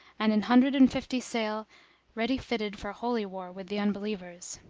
and an hundred and fifty sail ready fitted for holy war with the unbelievers.